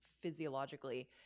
physiologically